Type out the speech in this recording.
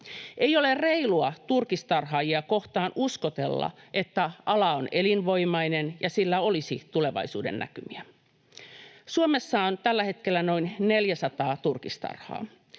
Ei ole reilua turkistarhaajia kohtaan uskotella, että ala on elinvoimainen ja sillä olisi tulevaisuudennäkymiä. Suomessa on tällä hetkellä noin neljäsataa turkistarhaa.